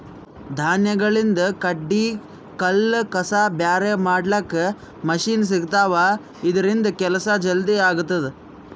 ಧಾನ್ಯಗಳಿಂದ್ ಕಡ್ಡಿ ಕಲ್ಲ್ ಕಸ ಬ್ಯಾರೆ ಮಾಡ್ಲಕ್ಕ್ ಮಷಿನ್ ಸಿಗ್ತವಾ ಇದ್ರಿಂದ್ ಕೆಲ್ಸಾ ಜಲ್ದಿ ಆಗ್ತದಾ